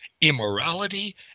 immorality